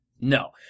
No